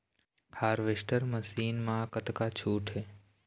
Harvester machine मा कतका छूट हे?